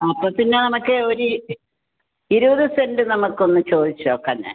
അപ്പോൾ പിന്നെ നമ്മൾക്ക് ഒരി ഇരുപത് സെൻ്റ് നമുക്ക് ഒന്ന് ചോദിച്ചു നോക്കാം ഞാൻ